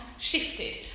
shifted